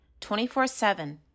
24-7